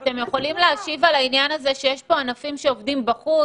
האם אתם יכולים להשיב על העניין הזה שיש פה ענפים שעובדים בחוץ?